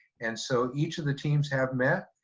and so each of the teams have met,